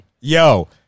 Yo